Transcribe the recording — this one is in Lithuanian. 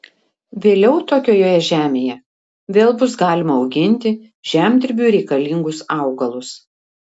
vėliau tokioje žemėje vėl bus galima auginti žemdirbiui reikalingus augalus